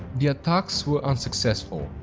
the attacks were unsuccessful,